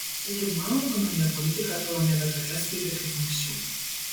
taigi mao ekonominė politika atrodo nebe tokia svarbi kaip anksčiau